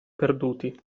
perduti